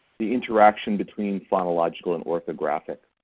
the interaction between phonological and orthographic.